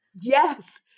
Yes